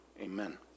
amen